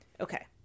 okay